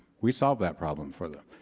we solved that problem for them.